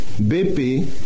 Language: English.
BP